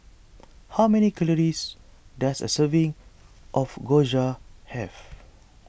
how many calories does a serving of Gyoza have